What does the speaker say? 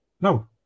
no